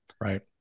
right